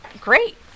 great